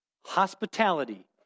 hospitality